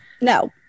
no